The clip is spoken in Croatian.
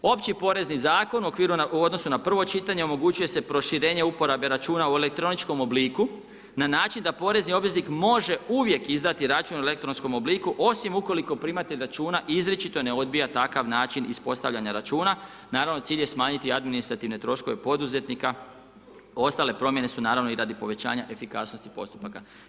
Opći porezni zakon, u odnosu na prvo čitanje, omogućuje se proširenje uporabe računa u elektroničkom obliku, na način da porezni obveznik, može uvijek izdati račun u elektronskom obliku osim ukoliko primatelj računa izričito ne odbija takav način ispostavljanja računa, naravno, cilj je smanjiti administrativne troškove poduzetnika, ostale promjene su naravno i radi povećanja efikasnosti postupaka.